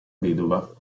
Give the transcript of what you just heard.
vedova